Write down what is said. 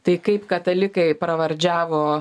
tai kaip katalikai pravardžiavo